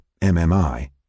MMI